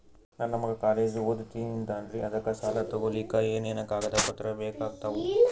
ನನ್ನ ಮಗ ಕಾಲೇಜ್ ಓದತಿನಿಂತಾನ್ರಿ ಅದಕ ಸಾಲಾ ತೊಗೊಲಿಕ ಎನೆನ ಕಾಗದ ಪತ್ರ ಬೇಕಾಗ್ತಾವು?